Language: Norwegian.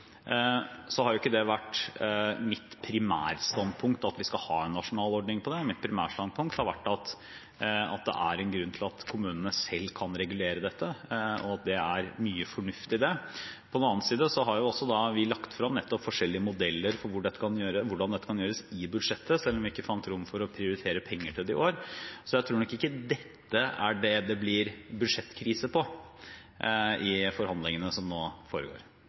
har jo ikke mitt primærstandpunkt vært at vi skal ha en nasjonal ordning på det. Mitt primærstandpunkt har vært at det er en grunn til at kommunene selv kan regulere dette, og at det er mye fornuft i det. På den andre siden har også vi lagt frem forskjellige modeller for hvordan dette kan gjøres i budsjettet, selv om vi ikke fant rom til å prioritere penger til det i år. Så jeg tror nok ikke det er dette det blir budsjettkrise av i forhandlingene som nå foregår.